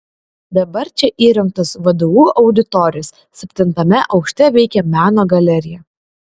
dabar čia įrengtos vdu auditorijos septintame aukšte veikia meno galerija